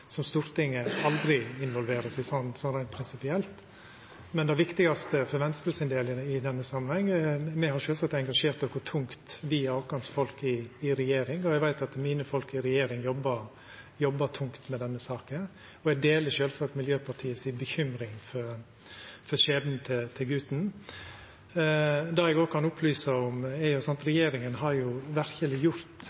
som Stortinget ikkje vil involvera seg i, reint prinsipielt, men det viktigaste for Venstres del i denne samanhengen er at vi sjølvsagt har engasjert oss tungt i denne saka via våre folk i regjeringa. Eg veit at mine folk i regjeringa jobbar tungt med denne saka. Eg deler sjølvsagt uroa til Miljøpartiet Dei Grøne for skjebnen til guten. Regjeringa har verkeleg gjort tiltak allereie, bl.a. gjeve tilbod om helsehjelp, som har vorte avvist av mora. Eg